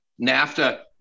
NAFTA